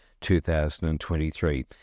2023